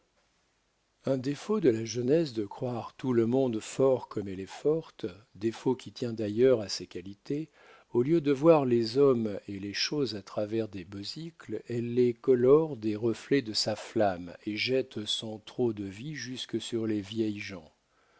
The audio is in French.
un défaut de la jeunesse est de croire tout le monde fort comme elle est forte défaut qui tient d'ailleurs à ses qualités au lieu de voir les hommes et les choses à travers des besicles elle les colore des reflets de sa flamme et jette son trop de vie jusque sur les vieilles gens